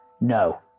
no